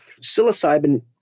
psilocybin